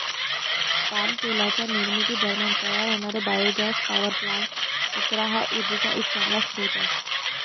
palm तेलाच्या निर्मिती दरम्यान तयार होणारे बायोगॅस पॉवर प्लांट्स, कचरा हा उर्जेचा एक चांगला स्रोत आहे